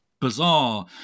bizarre